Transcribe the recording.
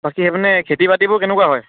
বাকী সেইপিনে খেতি বাতিবোৰ কেনেকুৱা হয়